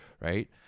right